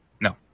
No